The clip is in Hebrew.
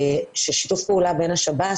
שיתוף פעולה בין שירות בתי הסוהר,